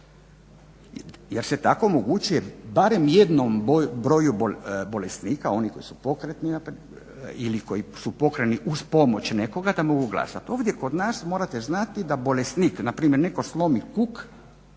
jer se tako omogućuje barem jednom broju bolesnika oni koji su pokretni ili koji su pokretni uz pomoć nekoga da mogu glasat. Ovdje kod nas morate znati da bolesnik, na primjer netko slomi kuk